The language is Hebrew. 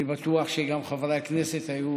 אני בטוח שגם חברי הכנסת היו